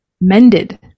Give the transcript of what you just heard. mended